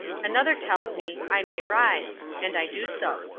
another tells me, i may rise and i do so.